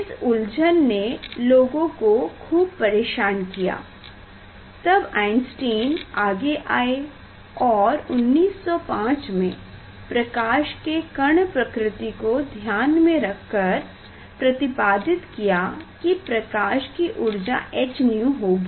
इस उलझन ने लोगो को खूब परेशान किया तब आइन्सटाइन आगे आए और 1905 में प्रकाश के कण प्रकृति को ध्यान में रख कर प्रतिपादित किया की प्रकाश की ऊर्जा h𝛎 होगी